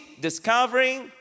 discovering